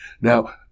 Now